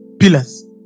pillars